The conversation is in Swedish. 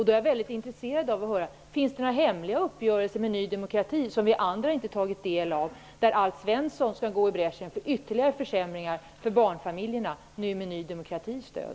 Då är jag väldigt intresserad av att höra: Finns det några hemliga uppgörelser med Ny demokrati som vi andra inte har tagit del av, där Alf Svensson skall gå i bräschen för ytterligare försämringar för barnfamiljerna, nu med Ny demokratis stöd?